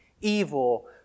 evil